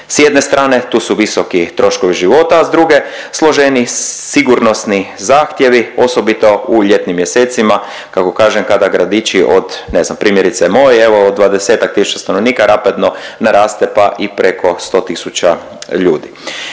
S jedne strane tu su visoki troškovi života, a s druge složeniji sigurnosni zahtjevi osobito u ljetnim mjesecima kako kažem kada gradići od ne znam primjerice moj od 20 tisuća stanovnika rapidno naraste pa i preko 100 tisuća ljudi.